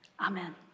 Amen